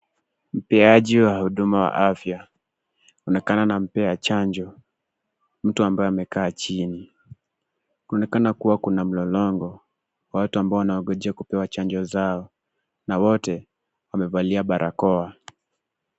Mpeaji wa huduma wa afya, anaonekana anampea chanjo mtu ambaye amekaa chini. Kunaonekana kuwa kuna mlolongo, wa watu ambao wanaongoja kupewa chanjo zao, na wote wamevalia barakoa.